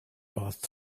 bathed